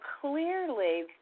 clearly